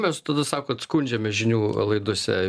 mes tada sakot skundžiamės žinių laidose